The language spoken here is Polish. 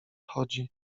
chodzi